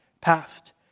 past